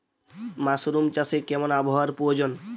Mushroom চাষে কেমন আবহাওয়ার প্রয়োজন?